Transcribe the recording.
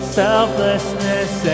selflessness